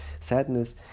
sadness